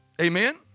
Amen